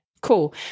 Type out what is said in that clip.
cool